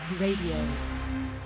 Radio